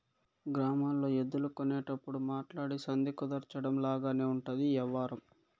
గ్రామాల్లో ఎద్దులు కొనేటప్పుడు మాట్లాడి సంధి కుదర్చడం లాగానే ఉంటది ఈ యవ్వారం